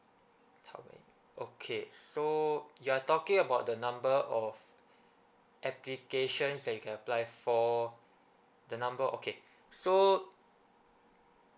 okay so you're talking about the number of applications that you can apply for the number okay so